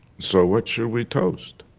so, what should we toast.